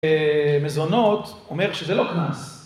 מזונות, אומר שזה לא קנס